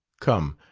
come,